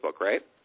right